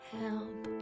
help